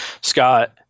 Scott